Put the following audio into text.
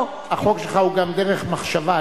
החוק שלך הוא גם דרך מחשבה,